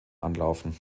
anlaufen